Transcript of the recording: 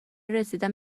رسیدن